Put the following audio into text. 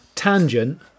Tangent